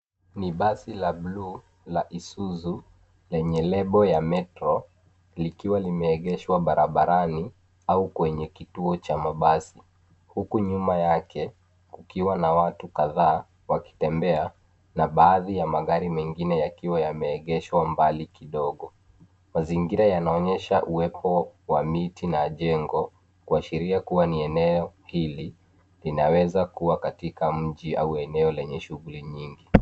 Ni basi la bluu la Isuzu lenye lebo ya Metro likiwa limeegeshwa barabarani au kwenye kituo cha mabasi huku nyuma yake kukiwa na watu kadhaa wakitembea na baadhi ya magari mengine yakiwa yameegeshwa mbali kidogo. Mazingira yanaonyesha uwepo wa miti na jengo kuashiria kuwa ni eneo hili linaweza kuwa katika mji au eneo lenye shughuli nyingi.